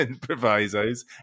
provisos